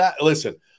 Listen